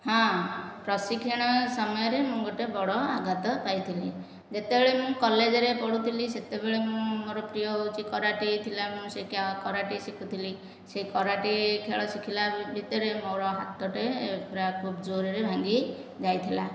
ହଁ ପ୍ରଶିକ୍ଷଣ ସମୟରେ ମୁଁ ବଡ଼ ଆଘାତ ପାଇଥିଲି ଯେତେବେଳେ ମୁଁ କଲେଜରେ ପଢ଼ୁଥିଲି ସେତେବେଳେ ମୁଁ ମୋ ପ୍ରିୟ ହେଉଛି କରାଟେ ଥିଲା ମୁଁ ଶିଖୁଥିଲି ସେ କରାଟେ ଖେଳ ଶିଖିବା ଭିତରେ ମୋର ହାତଟି ପୁରା ଖୁବ ଜୋରରେ ଭାଙ୍ଗି ଯାଇଥିଲା